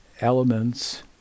elements